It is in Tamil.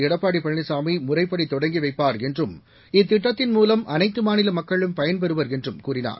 எடப்பாடி பழனிசாமி முறைப்படி தொடங்கி வைப்பார் என்றும் இத்திட்டத்தின் மூவம் அனைத்து மாநில மக்களும் பயன்பெறுவர் என்று கூறினார்